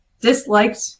disliked